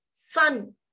sun